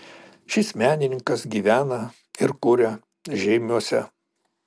šis menininkas gyvena ir kuria žeimiuose